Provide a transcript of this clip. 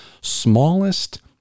smallest